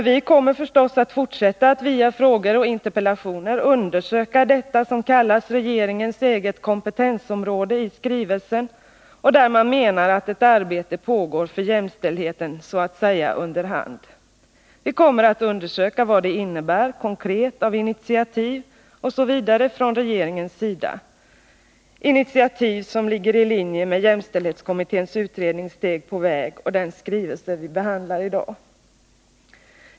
Vi kommer förstås att fortsätta att via frågor och interpellationer undersöka detta som kallas ”regeringens eget kompetensområde” i skrivelsen och där man menar att ett arbete för jämställdheten pågår så att säga under hand. Vi kommer att undersöka vad det konkret innebär i form av initiativ osv. från regeringens sida— initiativ som ligger i linje med jämställdhetskommitténs utredning Steg på väg och den skrivelse vi behandlar i dag.